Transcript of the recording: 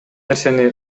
нерсени